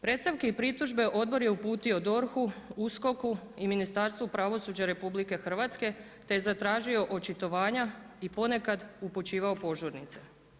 Predstavke i pritužbe odbor je uputio DORH-u, USKOK-u i Ministarstvu pravosuđa RH te je zatražio očitovanja i ponekad upućivao požurnice.